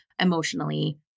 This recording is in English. emotionally